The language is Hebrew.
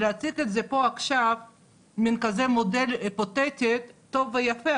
להציג את זה פה עכשיו כמין מודל היפותטי זה טוב ויפה,